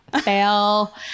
Fail